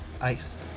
Ice